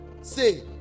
say